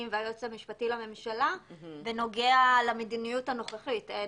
והיועץ המשפטי לממשלה בנוגע למדיניות הנוכחית.